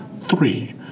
Three